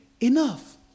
enough